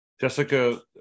Jessica